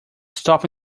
stop